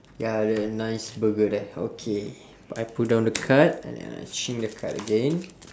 ya they have nice burger there okay I put down the card and then I change the card again